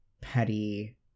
petty